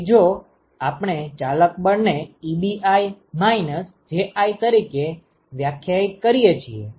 તેથી જો આપણે ચાલક બળ ને Ebi Ji તરીકે વ્યાખ્યાયિત કરીએ છીએ